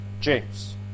James